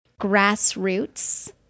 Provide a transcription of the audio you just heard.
grassroots